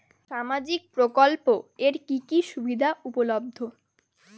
সামাজিক প্রকল্প এর কি কি সুবিধা উপলব্ধ?